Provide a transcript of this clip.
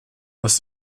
aus